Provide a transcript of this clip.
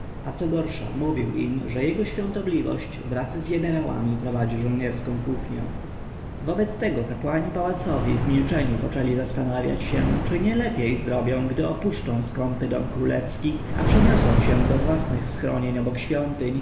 a co gorsze mówił im że jego świątobliwość wraz z jenerałami prowadzi żołnierską kuchnię wobec tego kapłani pałacowi w milczeniu poczęli zastanawiać się czy nie lepiej zrobią gdy opuszczą skąpy dom królewski a przeniosą się do własnych schronień obok świątyrń